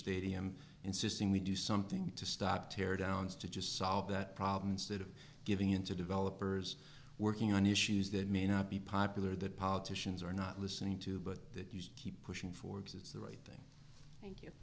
stadium insisting we do something to stop tear downs to just solve that problem instead of giving in to developers working on issues that may not be popular that politicians are not listening to but that you keep pushing for exists the right thing thank you